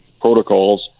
protocols